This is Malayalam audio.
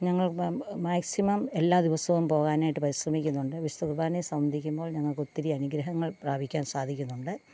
ഞങ്ങൾ മാക്സിമം എല്ലാ ദിവസവും പോകാനായിട്ട് പരിശ്രമിക്കുന്നുണ്ട് വിശുദ്ധ കുർബ്ബാനയെ സംബന്ധിക്കുമ്പോൾ ഞങ്ങൾക്ക് ഒത്തിരി അനുഗ്രഹങ്ങൾ പ്രാപിക്കാൻ സാധിക്കുന്നുണ്ട്